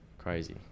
Crazy